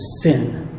sin